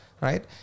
right